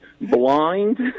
blind